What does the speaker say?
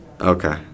Okay